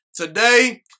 Today